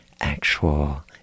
actual